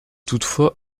toutefois